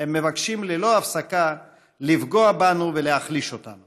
באפשרויות התעסוקה הפתוחות בפניהם ובהכרה הציבורית בהם.